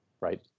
right